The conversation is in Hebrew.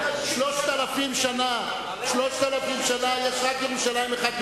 3,000 שנה יש רק ירושלים אחת,